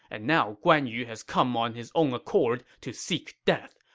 and now guan yu has come on his own accord to seek death.